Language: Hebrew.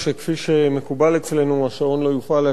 ראשון המציעים,